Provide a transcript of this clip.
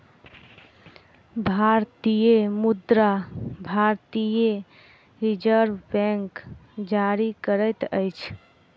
भारतीय मुद्रा भारतीय रिज़र्व बैंक जारी करैत अछि